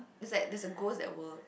it's like there is a ghost that will